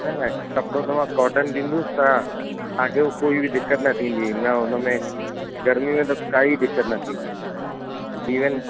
न न कपिड़ो त मां कॉटन ॾींदुसि तव्हां तव्हांखे ऊ कोई बि दिक़तु न थींदी न हुनमें गरमी में त काई दिक़तु न थींदी इविन